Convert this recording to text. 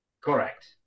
correct